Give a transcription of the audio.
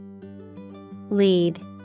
Lead